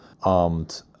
armed